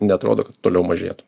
neatrodo kad toliau mažėtų